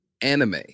Anime